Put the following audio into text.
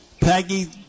peggy